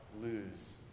lose